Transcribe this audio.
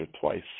twice